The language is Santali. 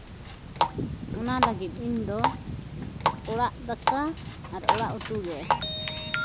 ᱚᱱᱟ ᱞᱟᱹᱜᱤᱫ ᱤᱧᱫᱚ ᱚᱲᱟᱜ ᱫᱟᱠᱟ ᱟᱨ ᱚᱲᱟᱜ ᱩᱛᱩ ᱜᱮ